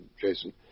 Jason